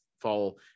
fall